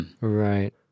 Right